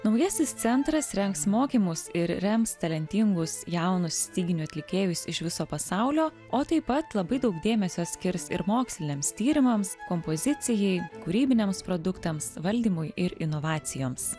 naujasis centras rengs mokymus ir rems talentingus jaunus styginių atlikėjus iš viso pasaulio o taip pat labai daug dėmesio skirs ir moksliniams tyrimams kompozicijai kūrybiniams produktams valdymui ir inovacijoms